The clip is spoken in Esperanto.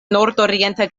nordorienta